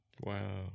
Wow